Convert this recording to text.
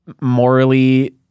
morally